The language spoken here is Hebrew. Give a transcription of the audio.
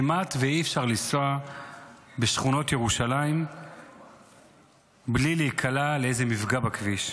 כמעט אי-אפשר לנסוע בשכונות ירושלים בלי להיקלע לאיזה מפגע בכביש,